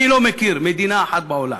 אני לא מכיר מדינה אחת בעולם,